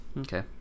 Okay